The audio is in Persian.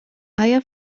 آیا